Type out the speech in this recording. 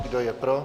Kdo je pro?